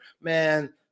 man